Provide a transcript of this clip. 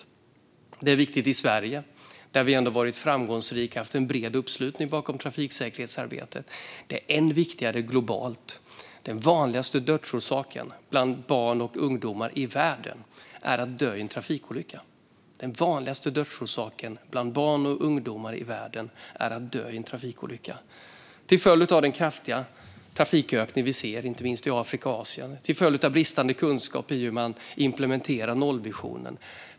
Detta är viktigt i Sverige, där vi ändå varit framgångsrika och haft bred uppslutning bakom trafiksäkerhetsarbetet, och det är än viktigare globalt. Den vanligaste dödsorsaken bland barn och ungdomar i världen är att dö i en trafikolycka. Detta till följd av den kraftiga trafikökning vi ser inte minst i Afrika och Asien och till följd av bristande kunskap om hur man implementerar nollvisionen.